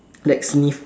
like sniff